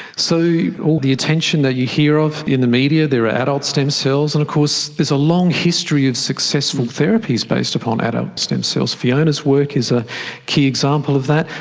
so all the attention that you hear of in the media, there are adult stem cells and of course there's a long history of successful therapies based upon adult stem cells. fiona's work is a key example that.